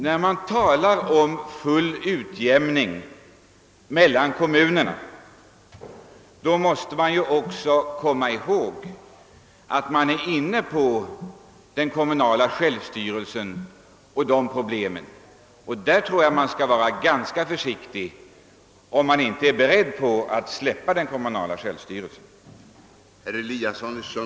När man talar om full utjämning mellan kommunerna måste man ju också komma ihåg att man är inne på den kommunala självstyrelsen och hithörande problem. Jag tror att man skall vara ganska försiktig där, om man inte är beredd att släppa den kommunala självstyrelsen.